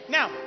Now